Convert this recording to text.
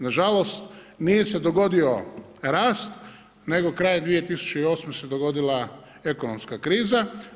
Nažalost nije se dogodio rast, nego kraj 2008. se dogodila ekonomska kriza.